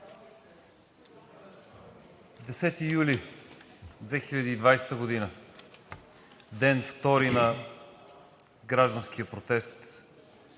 юли 2020 г. – ден втори на гражданския протест